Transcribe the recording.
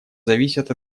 зависят